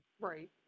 Right